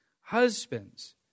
Husbands